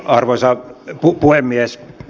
arvoisa puhemies